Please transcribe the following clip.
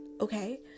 okay